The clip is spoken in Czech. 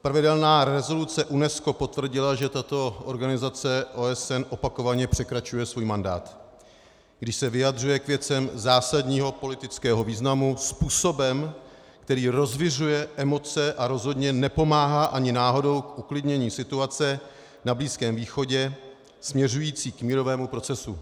Pravidelná rezoluce UNESCO potvrdila, že tato organizace OSN opakovaně překračuje svůj mandát, když se vyjadřuje k věcem zásadního politického významu způsobem, který rozviřuje emoce a rozhodně nepomáhá ani náhodou k uklidnění situace na Blízkém východě směřující k mírovému procesu.